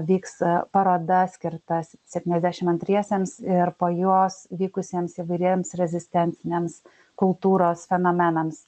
vyks paroda skirtas septyniasdešim antriesiems ir po jos vykusiems įvairiems rezistenciniams kultūros fenomenams